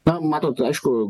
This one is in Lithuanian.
na matot aišku